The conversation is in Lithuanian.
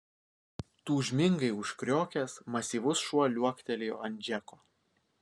tūžmingai užkriokęs masyvus šuo liuoktelėjo ant džeko